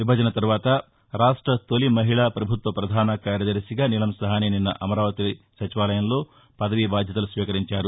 విభజన తర్వాత రాష్ట తొలి మహిళా పభుత్వ పధాన కార్యదర్శిగా నీలం సహాని నిన్న అమరావతి సచివాలయంలో పదవీ బాధ్యతలు స్వీకరించారు